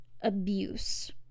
abuse